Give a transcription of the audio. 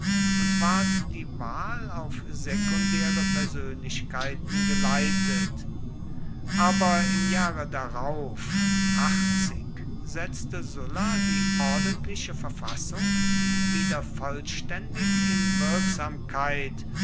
und ward die wahl auf sekundäre persönlichkeiten geleitet aber im jahre darauf setzte sulla die ordentliche verfassung wieder vollständig in wirksamkeit